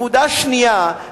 נקודה שנייה,